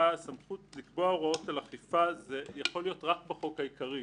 אכיפה סמכות לקבוע הוראות של אכיפה יכולה להיות רק בחוק העיקרי.